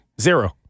Zero